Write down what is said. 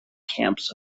camps